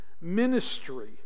ministry